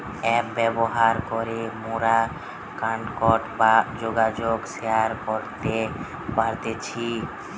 app ব্যবহার করে মোরা কন্টাক্ট বা যোগাযোগ শেয়ার করতে পারতেছি